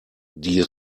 die